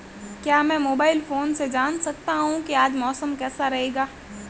क्या मैं mobile phone से जान सकता हूँ कि आज मौसम कैसा रहेगा?